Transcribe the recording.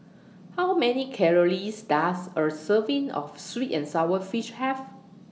How Many Calories Does A Serving of Sweet and Sour Fish Have